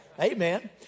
Amen